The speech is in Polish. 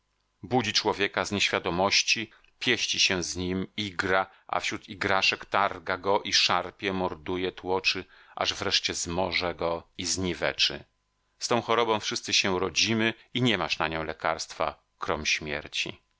budzi człowieka z nieświadomości pieści się z nim igra a wśród igraszek targa go i szarpie morduje tłoczy aż wreszcie zmoże go i zniweczy z tą chorobą wszyscy się rodzimy i niemasz na nią lekarstwa krom śmierci